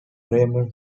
riemann